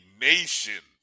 nation